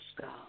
God